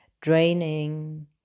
draining